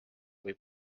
või